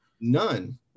None